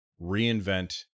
reinvent